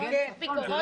וגם,